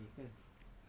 mm